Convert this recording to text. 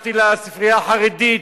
הלכתי לספרייה החרדית,